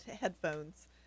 headphones